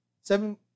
Seven